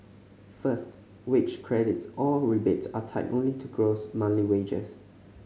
first wage credits or rebates are tied only to gross monthly wages